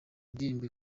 indirimbo